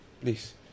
Please